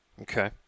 Okay